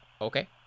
okay